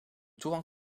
toegang